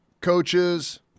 coaches